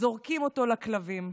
זורקים אותו לכלבים.